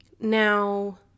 Now